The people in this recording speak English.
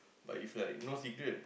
but if like no cigarette